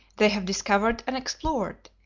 they have discovered and explored,